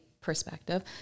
perspective